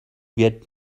wird